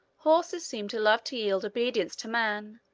horses seem to love to yield obedience to man,